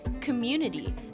community